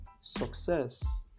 success